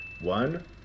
one